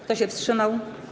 Kto się wstrzymał?